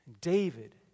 David